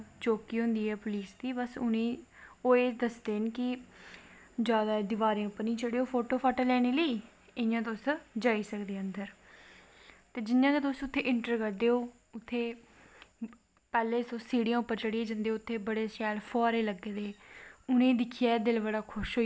धार्मिक स्थलें पर घूमनें दा मिगी बड़ी शौंक ऐ मीं बड़ा चंगा लगदा जित्थें जाइयै अपनी संस्कृति दे बारे च संस्कारें दे बारे च पता चलै जियां में सारें कोला दा पैह्लें गेई ही चार धाम दी जात्तरा चार धाम जमनोत्रा गंगोत्री बद्दरीनाथ उत्थें जाईयै इयां इक ते मन गी इयां शांती मिलदी ऐ